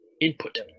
input